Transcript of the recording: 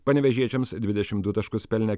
panevėžiečiams dvidešim du taškus pelnė